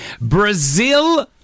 Brazil